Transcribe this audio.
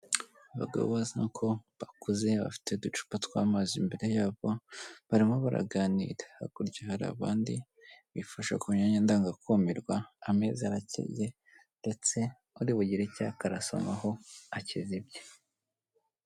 Abagabo basa nk'aho bakuze, bafite uducupa tw'amazi imbere yabo, barimo baraganira, hakurya hari abandi bifasha ku myanya ndanga kumirwa, ameza arakeye, ndetse uri bugire icyaka arasomaho, akizibye.